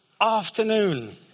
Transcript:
afternoon